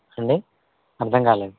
ఏండి అర్దంకాలేదు